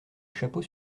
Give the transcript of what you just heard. chapeau